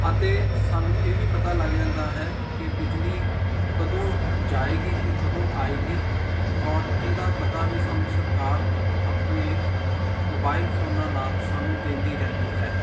ਅਤੇ ਸਾਨੂੰ ਇਹ ਵੀ ਪਤਾ ਲੱਗ ਜਾਂਦਾ ਹੈ ਕਿ ਬਿਜਲੀ ਕਦੋਂ ਜਾਏਗੀ ਅਤੇ ਕਦੋਂ ਆਏਗੀ ਔਰ ਇਹਦਾ ਪਤਾ ਵੀ ਸਾਨੂੰ ਸਰਕਾਰ ਆਪਣੇ ਮੋਬਾਈਲ ਫੋਨਾਂ ਨਾਲ ਸਾਨੂੰ ਦਿੰਦੀ ਰਹਿੰਦੀ ਹੈ